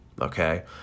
okay